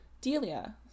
delia